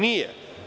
Nije.